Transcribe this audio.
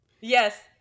Yes